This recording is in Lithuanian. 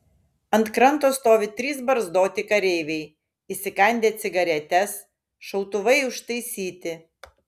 ant kranto stovi trys barzdoti kareiviai įsikandę cigaretes šautuvai užtaisyti